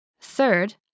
Third